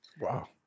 Wow